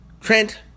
Trent